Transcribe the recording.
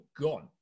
gone